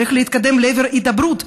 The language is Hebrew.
צריך להתקדם לעבר הידברות,